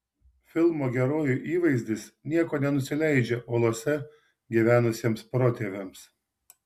filmo herojų įvaizdis nieko nenusileidžia uolose gyvenusiems protėviams